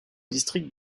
district